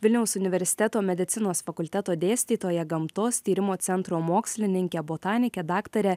vilniaus universiteto medicinos fakulteto dėstytoja gamtos tyrimų centro mokslininke botanike daktare